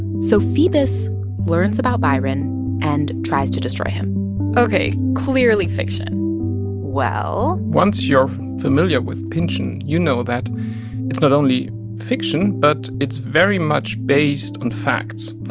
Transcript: so phoebus learns about byron and tries to destroy him ok. clearly fiction well. once you're familiar with pynchon, you know that it's not only fiction, but it's very much based on facts.